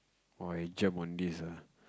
[oth] I jam on this ah